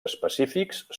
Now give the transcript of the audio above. específics